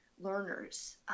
learners